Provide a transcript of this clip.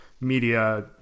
media